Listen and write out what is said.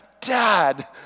Dad